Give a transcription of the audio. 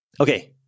okay